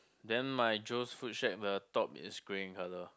then my Joe's food shack the top is grey in colour